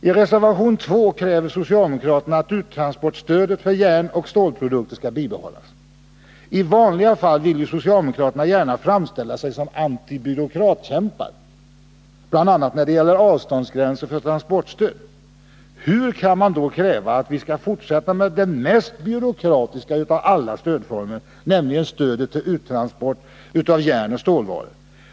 I reservation 2 kräver socialdemokraterna att uttransportstödet för järnoch stålprodukter skall bibehållas. I vanliga fall vill ju socialdemokraterna gärna framställa sig så som antibyråkratikämpar, bl.a. när det gäller avståndsgränser för transportstöd. Hur kan man då kräva att vi skall fortsätta med den mest byråkratiska av alla stödformer, nämligen stödet till uttransport för järnoch stålvaror?